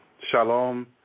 Shalom